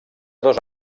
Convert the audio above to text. dos